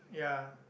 ya